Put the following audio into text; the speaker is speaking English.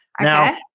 Now